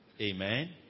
Amen